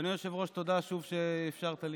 אדוני היושב-ראש, תודה שוב שאפשרת לי.